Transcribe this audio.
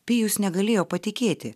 pijus negalėjo patikėti